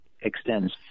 extends